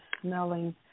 smelling